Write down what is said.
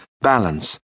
balance